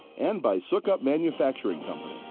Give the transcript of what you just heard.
and by sukup manufacturing you know